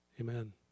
Amen